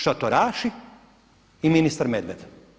Šatoraši i ministar Medved.